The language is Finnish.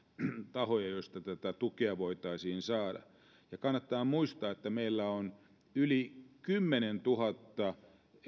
tahoja joista tätä tukea voisi saada ja kannattaa muistaa että meillä on yli kymmenentuhatta